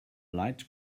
light